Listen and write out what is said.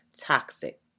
toxic